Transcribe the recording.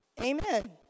Amen